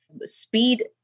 speed